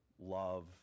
love